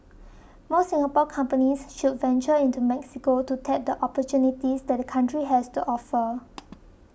more Singapore companies should venture into Mexico to tap the opportunities that the country has to offer